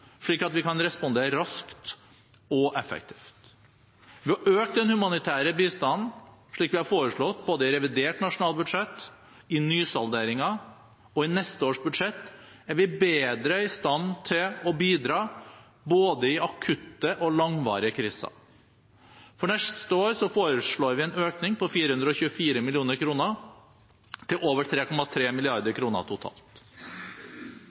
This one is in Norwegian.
slik at vi kan respondere raskt og effektivt. Ved å øke den humanitære bistanden, slik vi har foreslått både i revidert nasjonalbudsjett, i nysalderingen og i neste års budsjett, er vi bedre i stand til å bidra både i akutte og langvarige kriser. For neste år foreslår vi en økning på 424 mill. kr, til over 3,3 mrd. kr totalt.